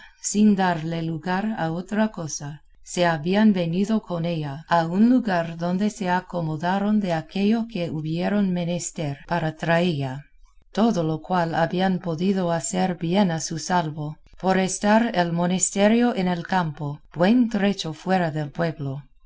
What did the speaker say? sin darle lugar a otra cosa se habían venido con ella a un lugar donde se acomodaron de aquello que hubieron menester para traella todo lo cual habían podido hacer bien a su salvo por estar el monesterio en el campo buen trecho fuera del pueblo